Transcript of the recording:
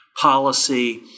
policy